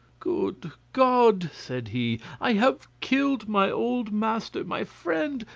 good god! said he, i have killed my old master, my friend,